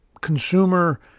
consumer